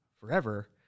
forever